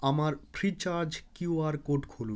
আমার Freecharge QR code খুলুন